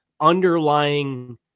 underlying